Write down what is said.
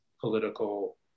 political